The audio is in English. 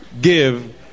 give